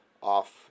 off